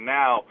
now